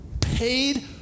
paid